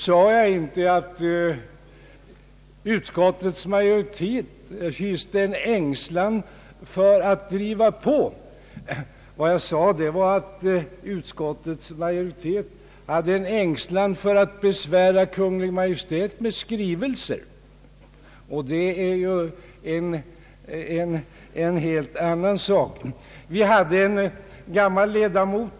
Jag sade inte att utskottets majoritet hyste en ängslan för att driva på. Jag sade att utskottets majoritet hyste en ängslan att besvära Kungl. Maj:t med skrivelser, vilket ju är en helt annan sak.